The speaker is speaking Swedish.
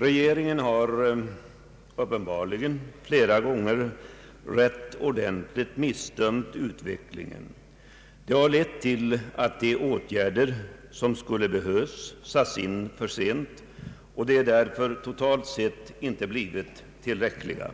Regeringen har uppenbarligen flera gånger rätt ordentligt missbedömt utvecklingen, och det har lett till att erforderliga åtgärder satts in för sent och därför totalt sett inte blivit tillräckliga.